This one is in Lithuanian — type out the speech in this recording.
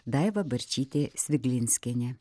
daiva barčytė sviglinskienė